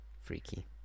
Freaky